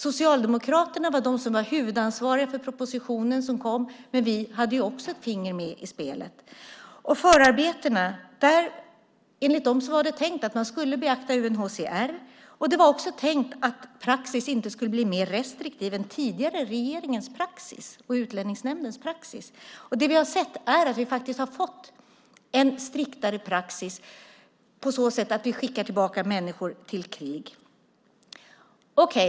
Socialdemokraterna var de som var huvudansvariga för propositionen som kom, men vi hade också ett finger med i spelet. Enligt förarbetena var det tänkt att man skulle beakta UNHCR. Det var också tänkt att praxis inte skulle bli mer restriktiv än tidigare regeringens praxis och Utlänningsnämndens praxis. Vi har sett att vi faktiskt har fått en striktare praxis på så sätt att vi skickar tillbaka människor till krig.